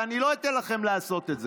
ואני לא אתן לכם לעשות את זה.